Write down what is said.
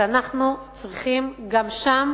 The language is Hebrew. ואנחנו צריכים גם שם